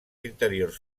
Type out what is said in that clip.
interiors